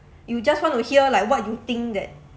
you just want to hear like what you think that